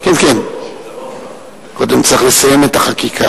הכנסת (תיקון מס' 29),